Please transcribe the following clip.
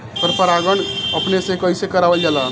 पर परागण अपने से कइसे करावल जाला?